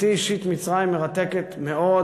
אותי, אישית, מצרים מרתקת מאוד.